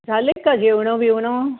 झाले का जेवणं बिवणं